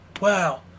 wow